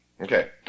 Okay